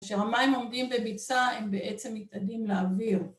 כשהמים עומדים בביצה הם בעצם מתאדים לאוויר